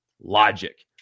Logic